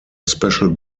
special